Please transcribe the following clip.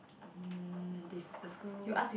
mm they the school